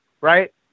Right